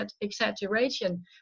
exaggeration